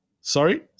Sorry